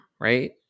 right